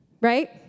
Right